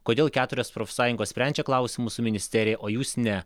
kodėl keturios profsąjungos sprendžia klausimus su ministerija o jūs ne